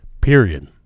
period